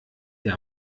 der